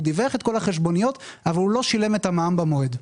הוא דיווח את כל החשבוניות אבל הוא לא שילם את המע"מ במועד.